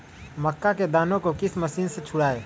मक्का के दानो को किस मशीन से छुड़ाए?